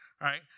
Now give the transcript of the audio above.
right